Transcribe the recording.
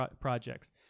projects